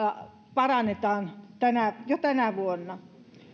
parannetaan jo tänä vuonna